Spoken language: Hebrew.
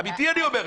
אמיתי אני אומר.